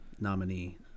nominee